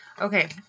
Okay